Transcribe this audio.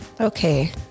Okay